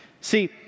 See